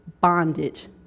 bondage